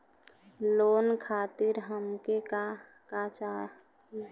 Loan खातीर हमके का का चाही?